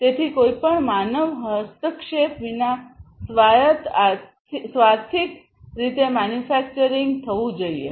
તેથી કોઈ પણ માનવ હસ્તક્ષેપ વિના સ્વાયત સ્વાર્થિક રીતે મેન્યુફેક્ચરિંગ થવું જોઈએ